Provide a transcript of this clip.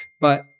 but-